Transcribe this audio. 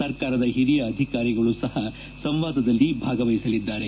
ಸರ್ಕಾರದ ಹಿರಿಯ ಅಧಿಕಾರಿಗಳು ಸಹ ಸಂವಾದದಲ್ಲಿ ಭಾಗವಹಿಸಲಿದ್ದಾರೆ